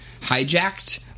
hijacked